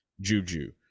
juju